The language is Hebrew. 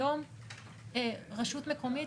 היום רשות מקומית